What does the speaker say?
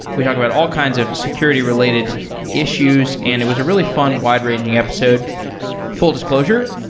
we talked about all kinds of security-related issues and it was a really fun wide-ranging episode full disclosure,